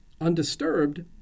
undisturbed